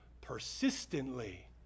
persistently